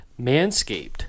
Manscaped